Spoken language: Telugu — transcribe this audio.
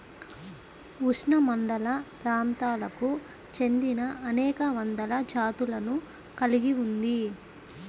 ఉష్ణమండలప్రాంతాలకు చెందినఅనేక వందల జాతులను కలిగి ఉంది